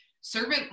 servant